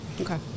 Okay